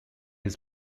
his